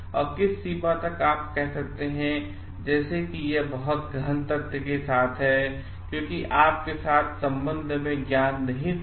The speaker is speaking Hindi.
तो किस सीमा तकऔर आप कह सकते हैं जैसे कि यह बहुत गहन तथ्य के साथ है क्योंकि आप के साथ सम्बन्ध में ज्ञान निहित है